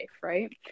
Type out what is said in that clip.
right